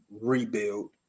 rebuild